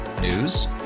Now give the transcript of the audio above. News